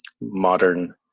modern